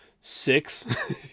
six